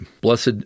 Blessed